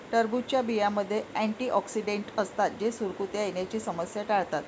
टरबूजच्या बियांमध्ये अँटिऑक्सिडेंट असतात जे सुरकुत्या येण्याची समस्या टाळतात